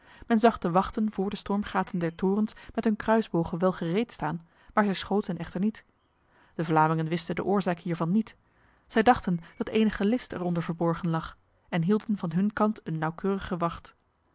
zag de wachten voor de stormgaten der torens met hun kruisbogen wel gereed staan maar zij schoten echter niet de vlamingen wisten de oorzaak hiervan niet zij dachten dat enige list eronder verborgen lag en hielden van hun kant een nauwkeurige wacht